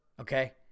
okay